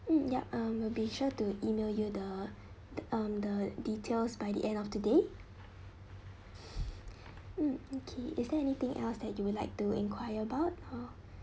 mm yup um will be sure to email you the the um the details by the end of the day mm okay is there anything else that you would like to enquire about uh